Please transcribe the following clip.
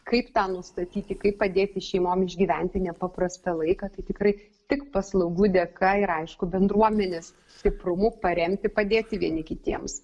kaip tą nustatyti kaip padėti šeimom išgyventi nepaprastą laiką tai tikrai tik paslaugų dėka ir aišku bendruomenės stiprumu paremti padėti vieni kitiems